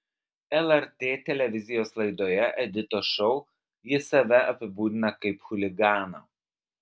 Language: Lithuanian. lrt televizijos laidoje editos šou jis save apibūdina kaip chuliganą